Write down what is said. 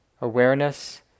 awareness